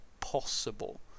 Possible